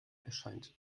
erscheint